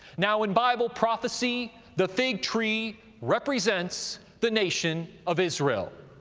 now in bible prophecy the fig tree represents the nation of israel.